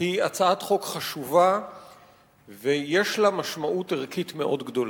הצעת חוק חשובה ובעלת משמעות ערכית מאוד גדולה.